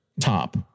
top